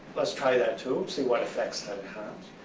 let's try that too, see what affects that would have,